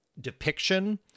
depiction